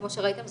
כמו שראיתם,